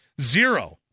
zero